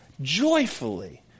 joyfully